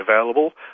available